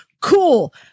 Cool